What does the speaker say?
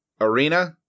arena